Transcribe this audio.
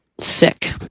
Sick